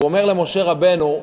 הוא אומר למשה רבנו: